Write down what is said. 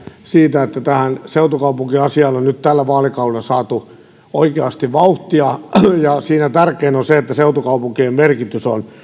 siitä että tähän seutukaupunkiasiaan on nyt tällä vaalikaudella saatu oikeasti vauhtia siinä tärkeintä on se että seutukaupunkien merkitys on